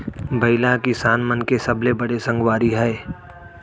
बइला ह किसान मन के सबले बड़े संगवारी हय